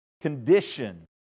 condition